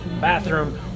bathroom